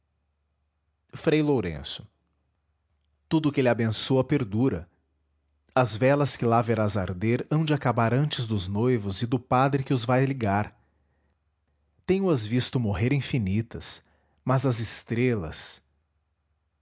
frei lourenço tudo o que ele abençoa perdura as velas que lá verás arder hão de acabar antes dos noivos e do padre que os vai ligar tenho as visto morrer infinitas mas as estrelas